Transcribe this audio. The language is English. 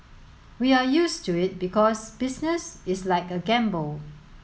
we are used to it because business is like a gamble